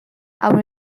are